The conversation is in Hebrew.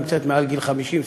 נמצאת מעל גיל 50,